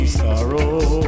sorrow